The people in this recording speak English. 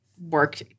work